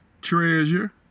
treasure